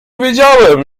wiedziałem